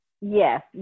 Yes